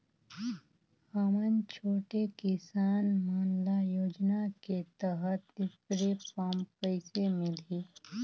हमन छोटे किसान मन ल योजना के तहत स्प्रे पम्प कइसे मिलही?